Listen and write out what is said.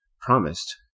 promised